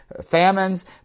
famines